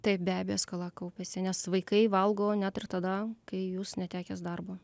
taip be abejo skola kaupiasi nes vaikai valgo net ir tada kai jūs netekęs darbo